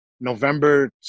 November